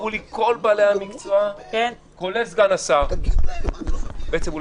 כל בעלי המקצוע אמרו לי, כן, בוודאי.